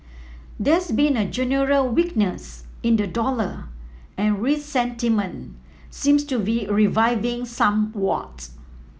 there's been a general weakness in the dollar and risk sentiment seems to be reviving somewhat